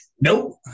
Nope